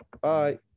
bye